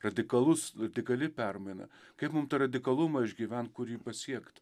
radikalus radikali permaina kaip mum tą radikalumą išgyvent kur jį pasiekt